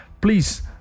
Please